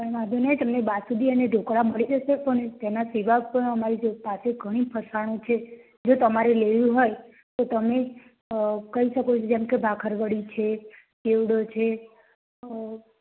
એમાં તમે બી નઇ એમાંય બાસુંદી અને ઢોકળા મળી જશે પણ એના સિવાય પણ અમારે જે સાથે ઘણી ફરસાણ છે જે તમારે લેવી હોય તો તમે કહી શકો છો કે આ કે ભાખરવડી છે ચેવડો છે